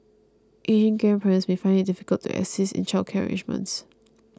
ageing grandparents may also find it difficult to assist in childcare arrangements